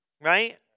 Right